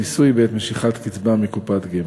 מיסוי בעת משיכת קצבה מקופת גמל.